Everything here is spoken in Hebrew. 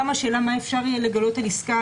גם השאלה מה יהיה אפשר לגלות עם עסקה,